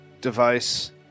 device